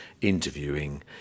interviewing